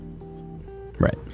Right